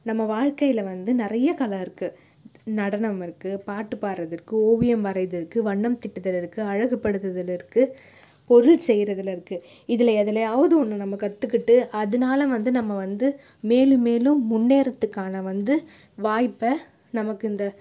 நம்ம வாழ்க்கையில் வந்து நிறைய கலை இருக்குது நடனம் இருக்குது பாட்டு பாடுவது இருக்குது ஓவியம் வரைவது இருக்குது வண்ணம் தீட்டுதல் இருக்குது அழகுப்படுத்துதல் இருக்குது பொருள் செய்றதில் இருக்குது இதில் எதுலேயாவது ஒன்று நம்ம கற்றுக்கிட்டு அதனால வந்து நம்ம வந்து மேலும் மேலும் முன்னேறத்துக்கான வந்து வாய்ப்பை நமக்கு இந்த